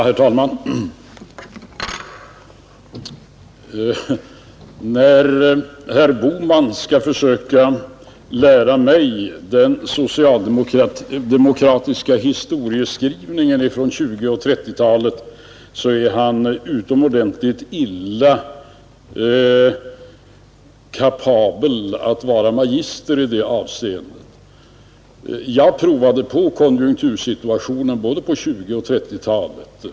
Herr talman! När herr Bohman skall försöka lära mig den socialdemokratiska historieskrivningen från 1920 och 1930-talen är han utomordentligt illa lämpad att vara magister. Jag prövade på konjunktursituationen på både 1920 och 1930-talen.